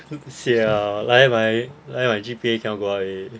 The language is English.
sian ah like like like that my G_P_A cannot go up already